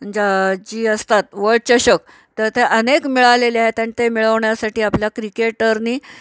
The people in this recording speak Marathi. ज्या जी असतात व चषक तर ते अनेक मिळालेले आहेत आणि ते मिळवण्यासाठी आपल्या क्रिकेटरनी